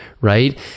right